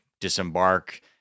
disembark